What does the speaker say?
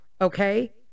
okay